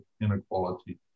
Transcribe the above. inequality